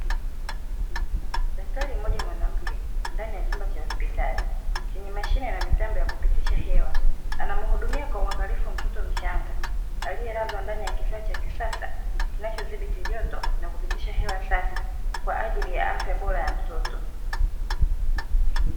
Daktari mmoja mwanamke ndani ya chumba cha hospitali, chenye mashine na mitambo ya kupitisha hewa, anamhudumia kwa uangalifu mtoto mchanga, aliyelazwa ndani ya kifaa cha kisasa kinachodhibiti joto na kupitisha hewa safi kwa ajili ya afya bora ya mtoto.